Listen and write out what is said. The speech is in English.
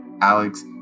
Alex